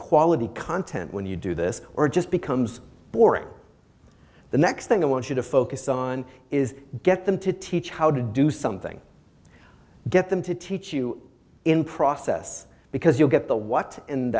quality content when you do this or it just becomes boring the next thing i want you to focus on is get them to teach how to do something get them to teach you in process because you'll get the